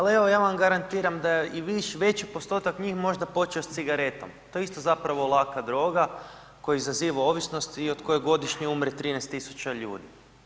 Ha, al evo ja vam garantiram da je i veći postotak njih možda počeo s cigaretom, to je isto zapravo laka droga koja izaziva ovisnost i od koje godišnje umre 13000 ljudi.